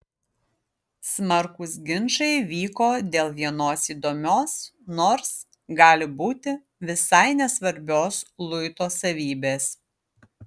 smarkūs ginčai vyko dėl vienos įdomios nors gali būti visai nesvarbios luito savybės